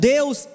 Deus